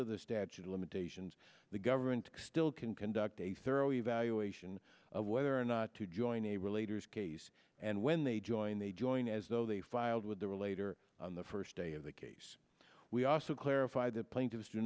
of the statute of limitations the government still can conduct a thorough evaluation whether or not to join a related case and when they joined they joined as though they filed with the relator on the first day of the case we also clarify the plaintiffs do